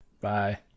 bye